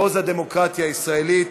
מעוז הדמוקרטיה הישראלית.